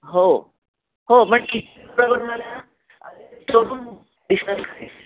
हो हो म